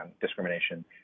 discrimination